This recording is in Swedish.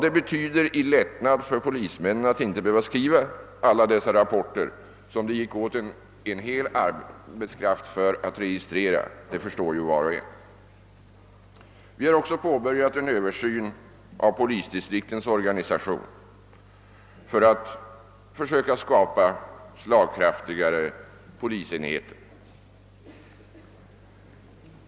Vilken lättnad det betyder för polismännen att slippa skriva alla dessa rapporter, som det åtgick en hel arbetskraft för att registrera, förstår var och en. Vi har också påbörjat en översyn av polisdistriktens organisation för att försöka skapa slagkraftigare polisenheter.